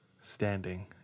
standing